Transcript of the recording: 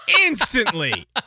instantly